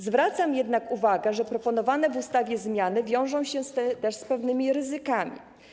Zwracam jednak uwagę, że proponowane w ustawie zmiany wiążą się też z pewnymi ryzykami.